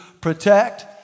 protect